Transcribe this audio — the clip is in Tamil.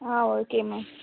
ah okay ma'am